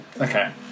okay